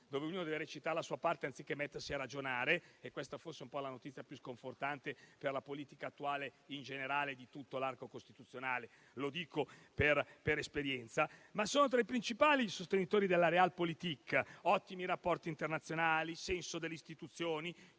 dove ognuno deve recitare la sua parte anziché mettersi a ragionare e questa, forse, è la notizia più sconfortante per la politica attuale in generale di tutto l'arco costituzionale, lo dico per esperienza. Ciò detto, io sono tra i principali sostenitori della *Realpolitik*, che è fatta di ottimi rapporti internazionali, senso delle istituzioni,